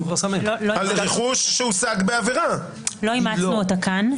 כל רכוש שאימצנו אותה כאן.